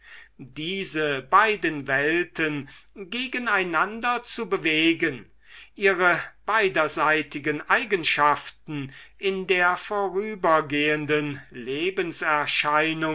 diese beiden welten gegeneinander zu bewegen ihre beiderseitigen eigenschaften in der vorübergehenden